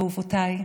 אהובותיי,